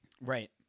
Right